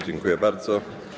Dziękuję bardzo.